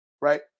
Right